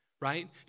right